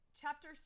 chapter